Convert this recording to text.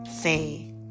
say